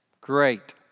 Great